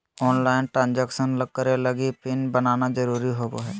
online transaction करे लगी PIN बनाना जरुरी होबो हइ